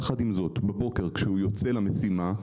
יחד עם זאת, בבוקר כשהוא יוצא למשימה,